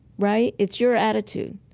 right? it's your attitude.